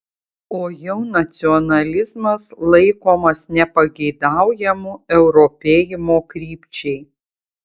o jau nacionalizmas laikomas nepageidaujamu europėjimo krypčiai